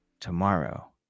tomorrow